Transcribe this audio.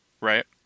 right